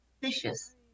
vicious